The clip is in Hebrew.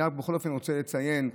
אני בכל אופן רוצה לציין,